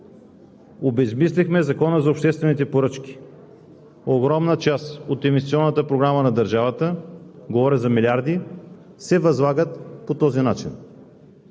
обезсмислихме Закона за обществените поръчки. Огромна част от инвестиционната програма на държавата – говоря за милиарди, се възлага по този начин.